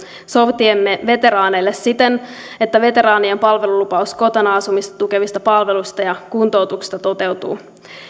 sotiemme veteraaneille siten että veteraanien palvelulupaus kotona asumista tukevista palveluista ja kuntoutuksesta toteutuu